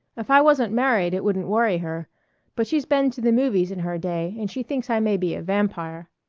if i wasn't married it wouldn't worry her but she's been to the movies in her day and she thinks i may be a vampire.